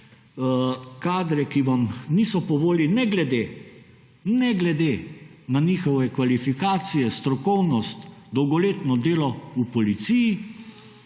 kadre, ki vam niso po volji ne glede na njihove kvalifikacije, strokovno, dolgoletno delo v Policiji